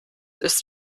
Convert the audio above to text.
ist